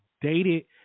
dated